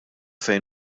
fejn